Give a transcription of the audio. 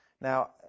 Now